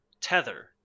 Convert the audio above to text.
Tether